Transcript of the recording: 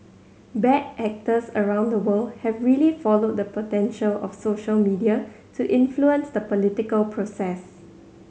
bad actors around the world have really followed the potential of social media to influence the political process